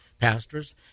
pastors